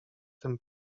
tym